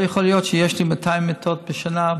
לא יכול להיות שיש לי 200 מיטות בשנה,